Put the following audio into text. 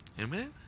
Amen